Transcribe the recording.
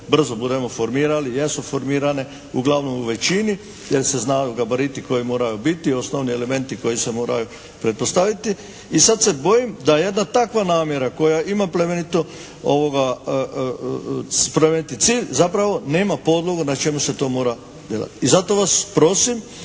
brzo budemo formirali, jesu formirane, uglavnom u većini jer se znaju gabariti koji moraju biti, osnovni elementi koji se moraju pretpostaviti. I sad se bojim da jedna takva namjera koja ima plemenito sprovesti cilj zapravo nema podlogu na čemu se to mora delati. I zato vas prosim